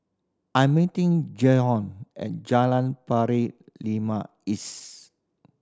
I'm meeting Jaydon at Jalan Pari east